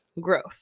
growth